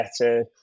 better